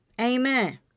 Amen